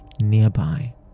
nearby